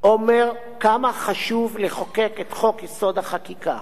אומר כמה חשוב לחוקק את חוק-יסוד: החקיקה.